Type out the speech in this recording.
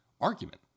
argument